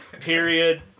Period